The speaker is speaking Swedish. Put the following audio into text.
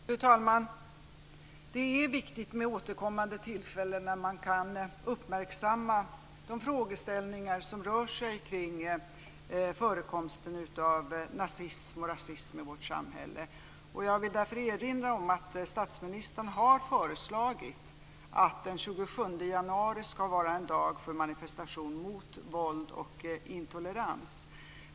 Fru talman! Det är viktigt med återkommande tillfällen där man kan uppmärksamma de frågeställningar som rör sig kring förekomsten av nazism och rasism i vårt samhälle. Jag vill därför erinra om att statsministern har föreslagit att den 27 januari ska vara en dag för manifestation mot våld och intolerans.